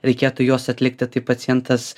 reikėtų juos atlikti tai pacientas